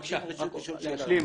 מצביעים ומבקשים רשות לשאול שאלה.